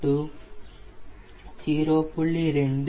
20